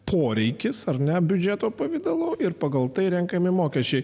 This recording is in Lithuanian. poreikis ar ne biudžeto pavidalu ir pagal tai renkami mokesčiai